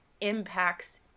impacts